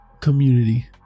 community